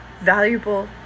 valuable